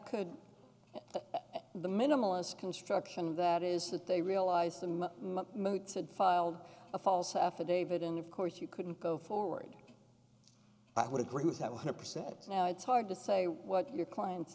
could the minimalists construction that is that they realized my moods had filed a false affidavit and of course you couldn't go forward i would agree with that one hundred percent now it's hard to say what your client